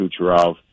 Kucherov